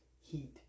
heat